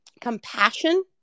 compassion